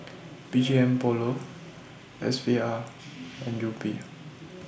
B G M Polo S V R and Yupi